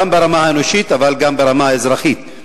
גם ברמה האנושית אבל גם ברמה האזרחית.